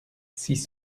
six